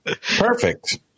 Perfect